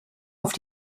auf